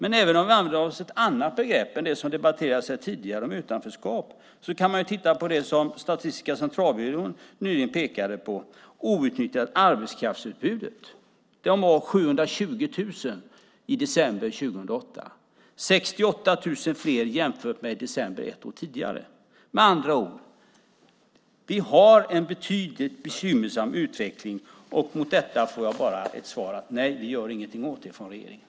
Vi kan använda oss av ett annat begrepp än utanförskap som debatterades här tidigare, nämligen det som Statistiska centralbyrån nyligen pekade på: outnyttjat arbetskraftsutbud. De var 720 000 i december 2008 - 68 000 fler jämfört med december ett år tidigare. Med andra ord: Vi har en bekymmersam utveckling, och på detta får jag bara svaret att nej, vi gör ingenting åt det från regeringen.